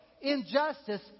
injustice